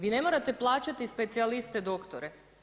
Vi ne morate plaćati specijalitet, doktore.